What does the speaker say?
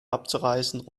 abzureißen